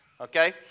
Okay